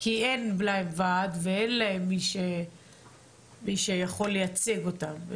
כי להם ועד ואין להם מי שיכול לייצג אותם.